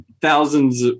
thousands